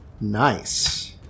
Nice